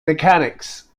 mechanics